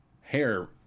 hair